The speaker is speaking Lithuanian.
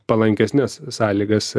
palankesnes sąlygas